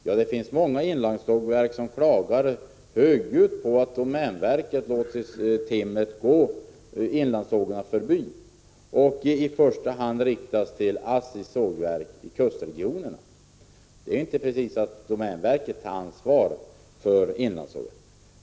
Men det finns många inlandssågverk som klagar högljutt över att domänverket låtit timret gå inlandssågarna förbi och i första hand inriktat leveranserna på ASSI:s sågverk i kustregionerna. Det är inte precis något uttryck för att domänverket tar ansvar för inlandssågverken.